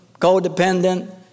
codependent